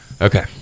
Okay